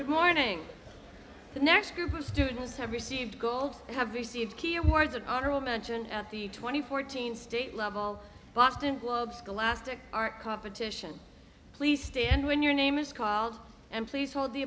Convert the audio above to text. good morning the next group of students have received gold and have received awards an honorable mention at the twenty fourteen state level boston globe scholastic art competition please stand when your name is called and please hold the